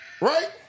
right